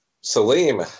Salim